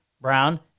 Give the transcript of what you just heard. brown